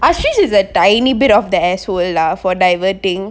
actually is a tiny bit of the asshole lah for diverting